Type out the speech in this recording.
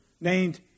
named